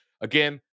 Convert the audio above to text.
again